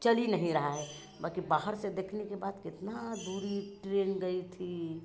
चली नहीं रहा है बाकी बाहर से देखने के बाद कितना दूरी ट्रेन गई थी